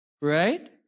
right